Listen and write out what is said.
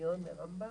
בטכניון וברמב"ם.